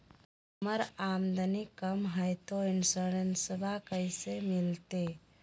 हमर आमदनी कम हय, तो इंसोरेंसबा कैसे मिलते?